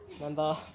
Number